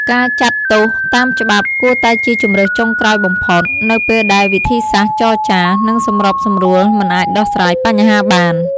ការចាត់ទោសតាមច្បាប់ គួរតែជា ជម្រើសចុងក្រោយបំផុត នៅពេលដែលវិធីសាស្ត្រចរចា និងសម្របសម្រួលមិនអាចដោះស្រាយបញ្ហាបាន។